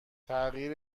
تغییر